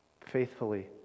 faithfully